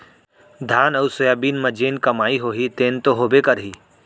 धान अउ सोयाबीन म जेन कमाई होही तेन तो होबे करही